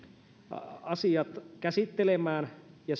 asiat käsittelemään ja